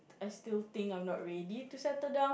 I still think I'm not ready to settle down